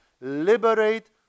liberate